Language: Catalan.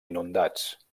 inundats